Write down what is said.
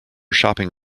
shopping